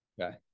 Okay